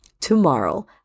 Tomorrow